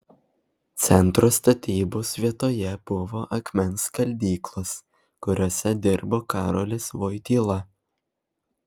centro statybos vietoje buvo akmens skaldyklos kuriose dirbo karolis vojtyla